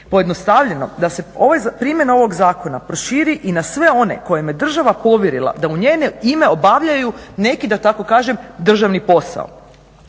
Pojednostavljeno da se primjena ovog zakona proširi i na sve one kojima je država povjerila da u njeno ime obavljaju neki da tako kažem državni posao.